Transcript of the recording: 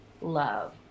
love